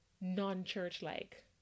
non-church-like